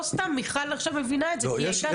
סתם מיכל מבינה את זה כי היא הייתה שם.